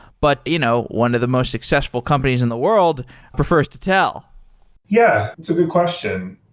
but you know one of the most successful companies in the world prefers to tell yeah, it's a good question.